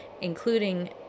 including